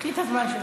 קחי את הזמן שלך.